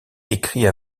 écrit